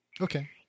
Okay